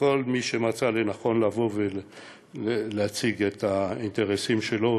וכל מי שמצא לנכון לבוא ולהציג את האינטרסים שלו,